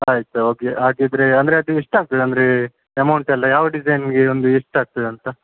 ಆಯಿತು ಓಕೆ ಹಾಗಿದ್ದರೆ ಅಂದರೆ ಅದು ಎಷ್ಟು ಆಗ್ತದೆ ಅಂದರೆ ಎಮೌಂಟ್ ಎಲ್ಲ ಯಾವ ಡಿಸೈನ್ಗೆ ಒಂದು ಎಷ್ಟು ಆಗ್ತದೆ ಅಂತ